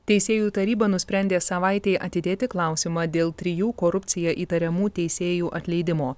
teisėjų taryba nusprendė savaitei atidėti klausimą dėl trijų korupcija įtariamų teisėjų atleidimo